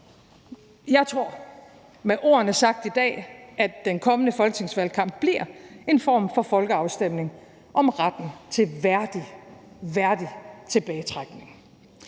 Jeg tror med ordene sagt i dag, at den kommende folketingsvalgkamp bliver en form for folkeafstemning om retten til en værdig tilbagetrækning.